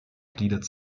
gliedert